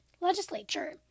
Legislature